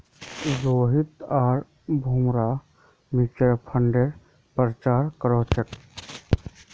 रोहित आर भूमरा म्यूच्यूअल फंडेर प्रचार कर छेक